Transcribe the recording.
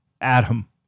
Adam